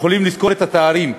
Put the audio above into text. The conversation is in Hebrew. יכולים לזכור את התארים.